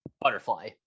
Butterfly